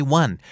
one